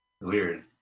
Weird